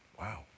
Wow